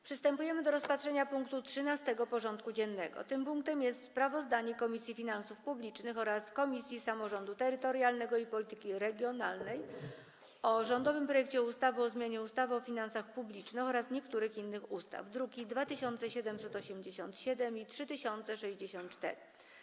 Przystępujemy do rozpatrzenia punktu 13. porządku dziennego: Sprawozdanie Komisji Finansów Publicznych oraz Komisji Samorządu Terytorialnego i Polityki Regionalnej o rządowym projekcie ustawy o zmianie ustawy o finansach publicznych oraz niektórych innych ustaw (druki nr 2787 i 3064)